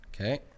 Okay